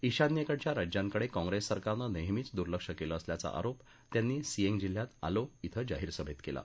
ईशान्येकडच्या राज्यांकडे काँप्रेस सरकारनं नेहमीच दुर्लक्ष केलं असल्याचा आरोप त्यांनी सिएंग जिल्ह्यात आलो िं जाहीर सभेत केला